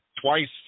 twice